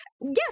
yes